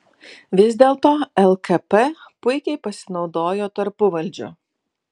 vis dėlto lkp puikiai pasinaudojo tarpuvaldžiu